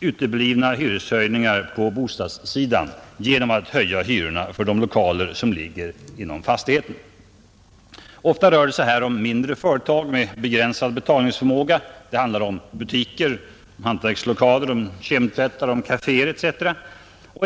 uteblivna hyreshöjningar på bostadssidan genom att höja hyrorna för de lokaler som ligger i fastigheten. Ofta rör det sig här om mindre företag med begränsad betalningsförmåga: butiker, hantverkslokaler, kemtvättar, kaféer etc.